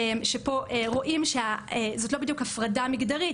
שפה רואים שזאת לא בדיוק הפרדה מגדרית